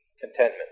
contentment